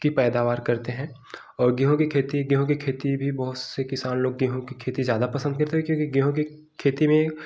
की पैदावार करते हैं और गेहूँ की खेती गेहूँ की खेती भी बहुत से किसान लोग गेहूँ की खेती ज़्यादा पसंद करते हैं क्योंकि गेहूँ की खेती में